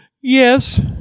Yes